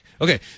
okay